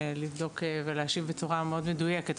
לבדוק ולהשיב בצורה מאוד מדויקת.